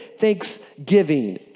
thanksgiving